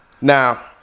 Now